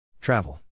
Travel